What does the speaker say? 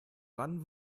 wann